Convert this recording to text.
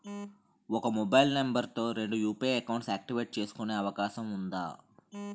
ఒక mobile number తో రెండు యు.పి.ఐ అకౌంట్స్ యాక్టివేట్ చేసుకునే అవకాశం వుందా?